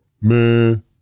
man